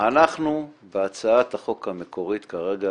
אנחנו את הצעת החוק המקורית כרגע